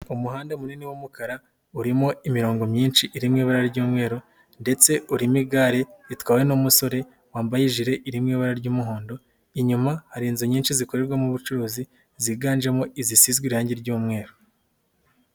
Umuhanda munini w'umukara urimo imirongo myinshi iri mu ibara ry'umweru ,ndetse urimo igare ritwawe n'umusore wambaye ijile irimo ibara ry'umuhondo , inyuma hari inzu nyinshi zikorerwamo ubucuruzi , ziganjemo izisizwe irangi ry'umweru.